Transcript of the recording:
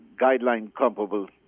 guideline-comparable